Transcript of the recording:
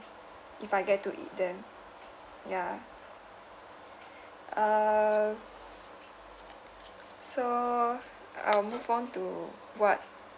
if I get to eat them ya err so I'll move on to what